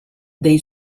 dei